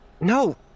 No